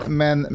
men